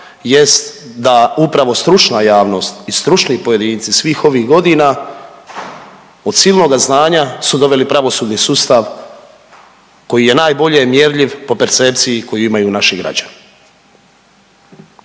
jest da upravo stručna javnost i stručni pojedinci svih ovih godina od silnoga znanja su doveli pravosudni sustav koji je najbolje mjerljiv po percepciji koju imaju naši građani.